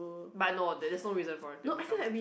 but no there's just no reason for them to come